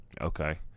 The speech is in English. okay